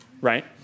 right